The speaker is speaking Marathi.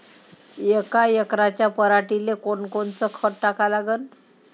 यका एकराच्या पराटीले कोनकोनचं खत टाका लागन?